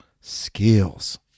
skills